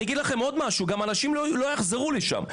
גם האנשים האלה לא יחזרו לשם.